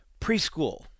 Preschool